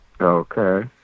Okay